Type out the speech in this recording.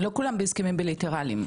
בהסכמים בילטריאליים.